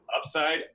upside